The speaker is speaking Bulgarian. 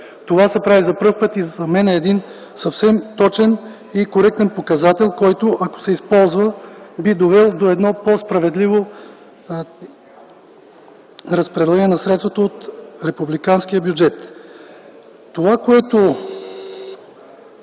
Това се прави за пръв път и според мен е съвсем точен и коректен показател и ако се използва, би довел до по-справедливо разпределение на средствата от републиканския бюджет. ПРЕДСЕДАТЕЛ